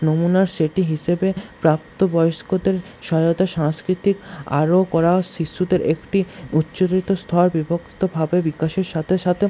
নমুনার সেটি হিসেবে প্রাপ্ত বয়স্কদের সহায়তা সাংস্কৃতিক আরও করা ও শিশুদের একটি উচ্চরিত স্থল বিভক্তভাবে বিকাশের সাথে সাথে